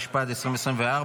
התשפ"ד 2024,